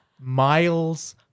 Miles